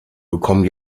bekommen